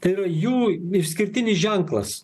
tai yra jų išskirtinis ženklas